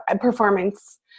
performance